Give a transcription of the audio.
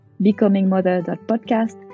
becomingmother.podcast